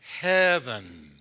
heaven